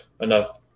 enough